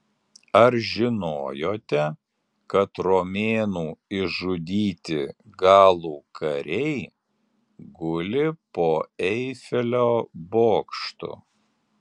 ar žinojote kad romėnų išžudyti galų kariai guli po eifelio bokštu